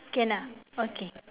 K lah okay